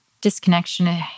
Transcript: disconnection